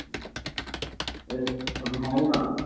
ꯎꯝ ꯑꯦ ꯑꯗꯨ ꯍꯥꯏꯔꯒ